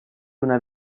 una